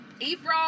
April